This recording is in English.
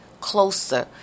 closer